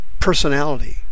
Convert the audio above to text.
personality